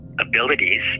abilities